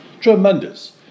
tremendous